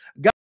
God